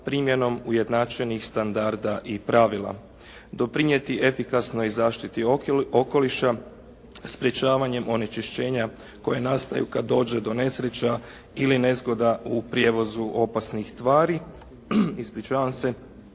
primjenom ujednačenih standarda i pravila, doprinijeti efikasnoj i zaštiti okoliša sprečavanjem onečišćenja koje nastaju kad dođe do nesreća ili nezgoda u prijevozu opasnih tvari i olakšati